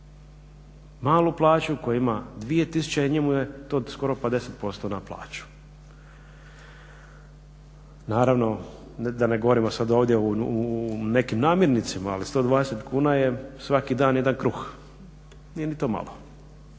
malu plaću tko ima 2 tisuće njemu je to skoro pa 10% na plaću. Naravno da ne govorim sada ovdje u nekim namirnicama ali 120 kuna je svaki dan jedan kruh. Nije ni to malo